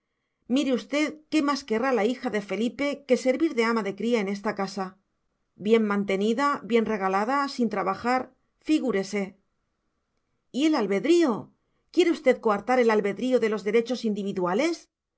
mire usted qué más querrá la hija de felipe que servir de ama de cría en esta casa bien mantenida bien regalada sin trabajar figúrese y el albedrío quiere usted coartar el albedrío los derechos individuales